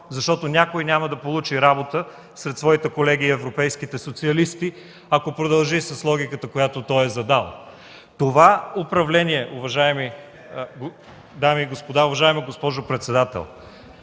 защото някой няма да получи работа сред своите колеги – европейските социалисти, ако продължи с логиката, която той е задал. Това управление, уважаеми дами и господа, уважаема госпожо председател,